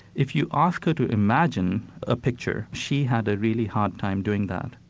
if you ask her to imagine a picture she had a really hard time doing that.